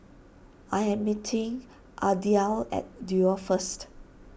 I am meeting Ardelle at Duo first